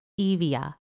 Evia